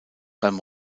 beim